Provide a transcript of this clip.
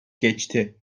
geçti